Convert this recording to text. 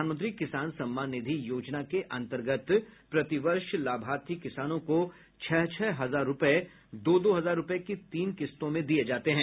प्रधानमंत्री किसान सम्मान निधि योजना के अंतर्गत प्रति वर्ष लाभार्थी किसानों को छह छह हजार रुपये दो दो हजार रुपये की तीन किस्तों में दिए जाते हैं